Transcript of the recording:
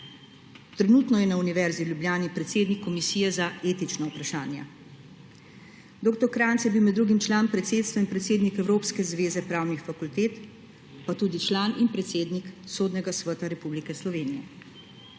Trenutno je na Univerzi v Ljubljani predsednik Komisije za etična vprašanja. Dr. Krajnc je bil med drugim član predsedstva in predsednik Evropske zveze pravnih fakultet pa tudi član in predsednik Sodnega sveta Republike Slovenije.